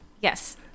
yes